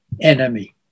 enemy